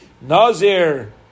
Nazir